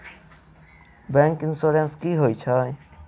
Bank insurance की होइत छैक?